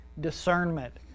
discernment